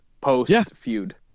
post-feud